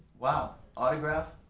wow, autographed?